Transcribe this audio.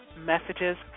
Messages